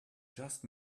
just